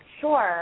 Sure